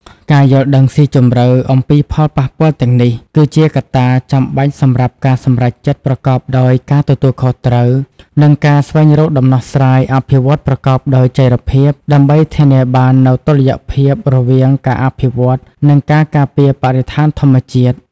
ការយល់ដឹងស៊ីជម្រៅអំពីផលប៉ះពាល់ទាំងនេះ គឺជាកត្តាចាំបាច់សម្រាប់ការសម្រេចចិត្តប្រកបដោយការទទួលខុសត្រូវ និងការស្វែងរកដំណោះស្រាយអភិវឌ្ឍន៍ប្រកបដោយចីរភាព ដើម្បីធានាបាននូវតុល្យភាពរវាងការអភិវឌ្ឍន៍ និងការការពារបរិស្ថានធម្មជាតិ។